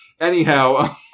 Anyhow